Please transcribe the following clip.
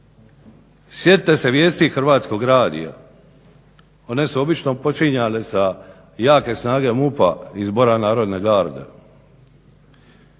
Sjetite se vijesti Hrvatskog radija, one su obično postojale sa jake snage MUP-a izborne Narodne garde.